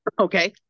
Okay